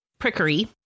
prickery